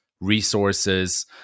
resources